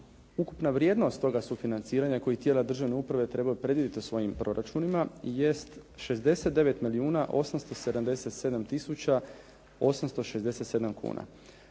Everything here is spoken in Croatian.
Ukupna vrijednost toga sufinanciranja koji tijela države trebaju predvidjeti u svojim proračunima je 69 milijuna